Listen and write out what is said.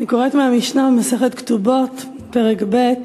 אני קוראת מהמשנה, ממסכת כתובות, פרק ב':